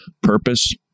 Purpose